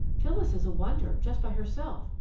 phyllis is a wonder, just by herself,